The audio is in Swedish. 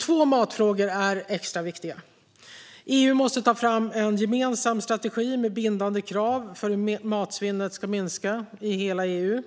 Två matfrågor är extra viktiga. För det första måste EU ta fram en gemensam strategi, med bindande krav, för hur matsvinnet ska minska i hela EU.